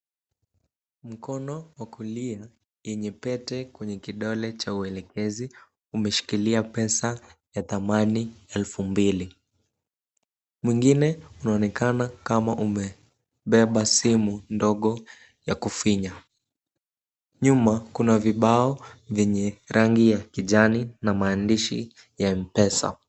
Mkono wa kulia yenye pete kwenye kidole cha uelekezi umeshikilia pesa ya thamani elfu mbili. Mwingine unaonekana kama umebeba simu ndogo ya kufinya. Nyuma kuna vibao vyenye rangi ya kijani na maandishi ya mpesa.